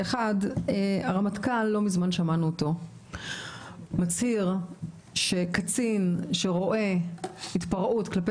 1. לא מזמן שמענו את הרמטכ"ל מצהיר שקצין שרואה התפרעות כלפי